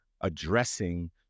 addressing